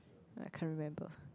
I can't remember